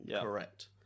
correct